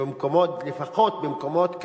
שלפחות במקומות כאלה,